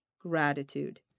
gratitude